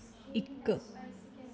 इक